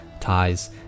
ties